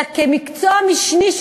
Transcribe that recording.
אלא מקצוע משני,